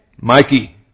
Mikey